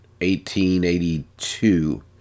1882